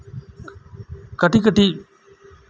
ᱠᱟᱹᱴᱤᱡ ᱠᱟᱹᱴᱤᱡ